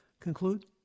conclude